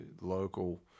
local